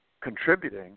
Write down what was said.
contributing